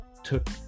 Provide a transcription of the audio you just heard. took